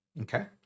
okay